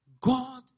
God